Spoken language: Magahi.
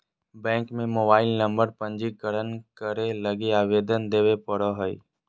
बैंक में मोबाईल नंबर पंजीकरण करे लगी आवेदन देबे पड़ो हइ